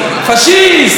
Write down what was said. פשיסט,